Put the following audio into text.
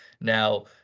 Now